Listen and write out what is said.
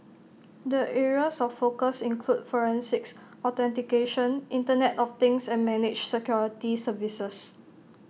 the areas of focus include forensics authentication Internet of things and managed security services